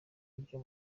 ibyo